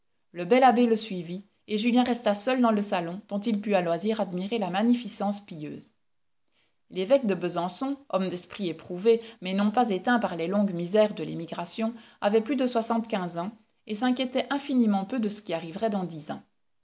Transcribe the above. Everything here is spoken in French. le bel abbé le suivit et julien resta seul dans le salon dont il put à loisir admirer la magnificence pieuse l'évoque de besançon homme d'esprit éprouvé mais non pas éteint par les longues misères de l'émigration avait plus de soixante-quinze ans et s'inquiétait infiniment peu de ce qui arriverait dans dix ans